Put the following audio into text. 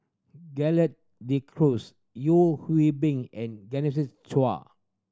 Gerald De Cruz Yeo Hwee Bin and Chua